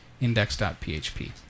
index.php